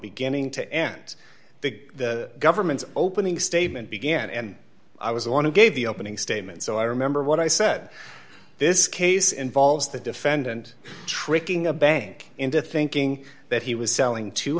beginning to end big governments opening statement began and i was on a gave the opening statement so i remember what i said this case involves the defendant tricking a bank into thinking that he was selling two